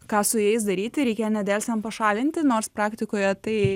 ką su jais daryti reikia nedelsiant pašalinti nors praktikoje tai